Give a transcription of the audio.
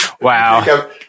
Wow